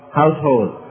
household